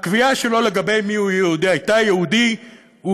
הקביעה שלו לגבי מיהו יהודי הייתה: יהודי הוא